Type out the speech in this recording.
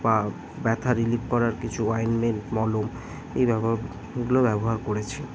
বা ব্যথা রিলিফ করার কিছু অয়েন্টমেন্ট মলম এই ব্যব এগুলো ব্যবহার করেছি